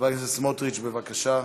חבר הכנסת סמוטריץ, בבקשה.